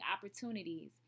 opportunities